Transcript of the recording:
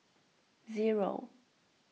zero